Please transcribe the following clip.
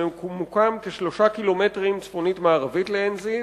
שממוקם כ-3 קילומטר צפונית-מערבית לעין-זיו,